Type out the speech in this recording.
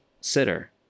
sitter